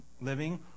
living